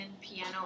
piano